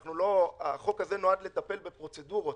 החוק הזה נועד לטפל בפרוצדורות,